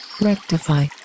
Rectify